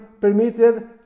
permitted